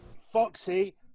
Foxy